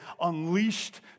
unleashed